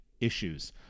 issues